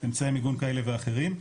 אמצעי מיגון כאלה ואחרים,